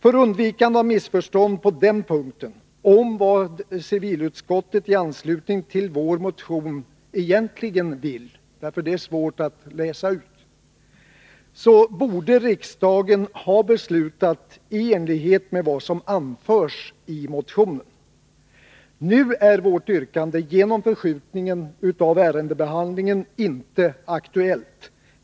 För undvikande av missförstånd på den punkten, dvs. i fråga om vad civilutskottet i anslutning till vår motion egentligen vill — det är svårt att läsa ut — borde riksdagen ha beslutat i enlighet med vad som anförs i motionen. Nu är vårt yrkande genom förskjutningen av ärendebehandlingen inte aktuellt.